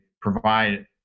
provide